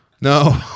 No